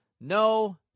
No